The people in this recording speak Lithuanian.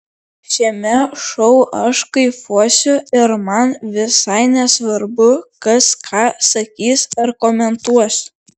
šiame šou aš kaifuosiu ir man visai nesvarbu kas ką sakys ar komentuos